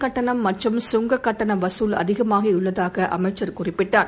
கட்டணம் மின் மற்றும் சுங்கக் கட்டணவசூல் அதிகமாகியுள்ளதாகஅமைச்சர் குறிப்பிட்டார்